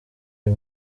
uyu